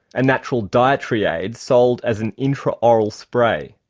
a natural dietary aid sold as an intra-oral spray.